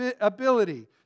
ability